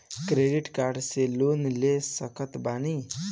Credit card से loan ले सकत बानी?